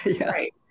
Right